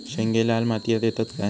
शेंगे लाल मातीयेत येतत काय?